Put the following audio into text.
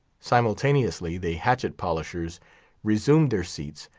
simultaneously the hatchet-polishers resumed their seats,